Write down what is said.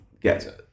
get